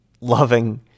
loving